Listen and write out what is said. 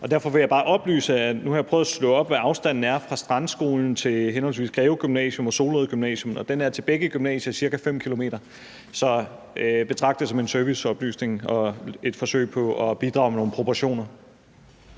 for unge mennesker i Greve. Nu har jeg prøvet at slå op, hvad afstanden er fra Strandskolen til henholdsvis Greve Gymnasium og Solrød Gymnasium, og den er til begge gymnasier ca. 5 km. Jeg betragter det som en serviceoplysning og et forsøg på at bidrage med nogle proportioner.